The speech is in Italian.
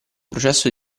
processo